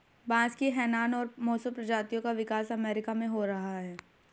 बांस की हैनान और मोसो प्रजातियों का विकास अमेरिका में हो रहा है